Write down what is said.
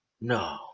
No